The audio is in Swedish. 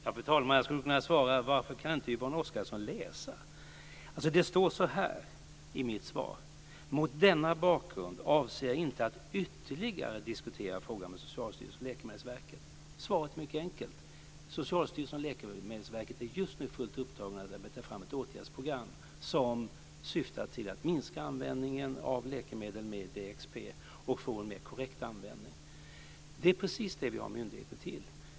Fru talman! Jag skulle kunna svara: Varför kan inte Yvonne Oscarsson läsa? Följande står i mitt svar. "Mot denna bakgrund avser jag inte att ytterligare diskutera frågan med Socialstyrelsen eller Läkemedelsverket." Svaret är mycket enkelt. Socialstyrelsen och Läkemedelsverket är just nu fullt upptagna med att arbeta fram ett åtgärdsprogram som syftar till att minska användningen av läkemedel med DXP och få en mer korrekt användning. Det är precis det som vi har myndigheter till.